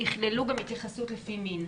יכללו גם התייחסות לפי מין.